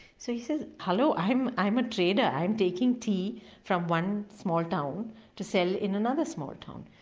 so he says hello, i'm i'm a trader i'm taking tea from one small town to sell in another small town.